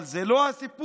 אבל זה לא הסיפור.